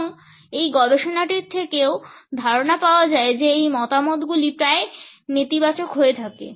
এবং এই গবেষণাটির থেকেও ধারণা পাওয়া যায় যে এই মতামতগুলি প্রায়ই নেতিবাচক হয়ে থাকে